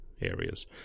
areas